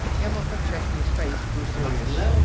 emma mcchesney's face grew serious.